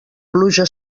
pluja